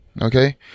okay